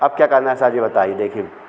अब क्या करना है सर यह बताइए देखिए